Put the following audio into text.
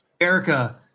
Erica